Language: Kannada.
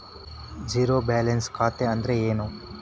ಝೇರೋ ಬ್ಯಾಲೆನ್ಸ್ ಖಾತೆ ಅಂದ್ರೆ ಏನು?